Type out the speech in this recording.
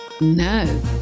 No